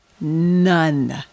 None